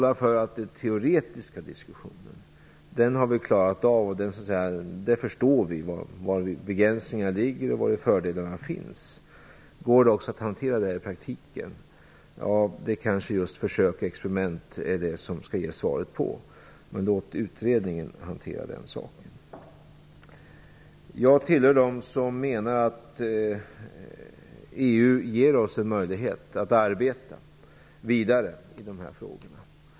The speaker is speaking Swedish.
De teoretiska diskussionerna har vi klarat av; vi förstår vilka begränsningarna är och var fördelarna finns. Om det går att hantera detta i praktiken kanske försök och experiment kan ge svar på. Låt utredningen hantera den saken. Jag tillhör dem som menar att EU ger oss en möjlighet att arbeta vidare med dessa frågor.